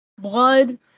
blood